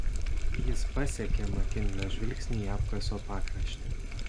jis pasekė makinlio žvilgsnį į apkaso pakraštį